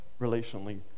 relationally